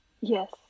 Yes